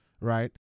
right